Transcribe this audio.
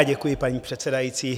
Děkuji, paní předsedající.